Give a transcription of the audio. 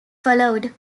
followed